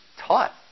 taught